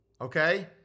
Okay